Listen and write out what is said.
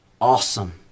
awesome